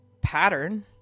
pattern